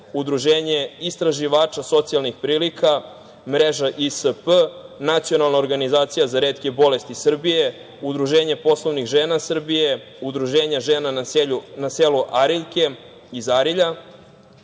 Udruženje istraživača socijalnih prilika, Mreža ISP, Nacionalna organizacija za retke bolesti Srbije, Udruženje poslovnih žena Srbije, Udruženje „Žena na selu Ariljke“ iz Arilja,